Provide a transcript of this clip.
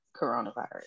coronavirus